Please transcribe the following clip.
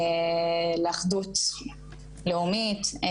לאחדות לאומית,